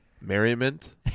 merriment